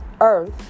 earth